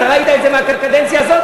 אתה ראית את זה מהקדנציה הזאת,